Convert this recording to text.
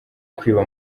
kwiba